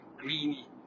greeny